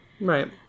right